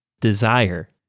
desire